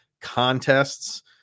contests